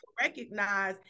recognize